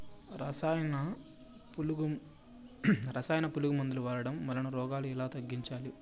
రసాయన పులుగు మందులు వాడడం వలన రోగాలు ఎలా తగ్గించాలి?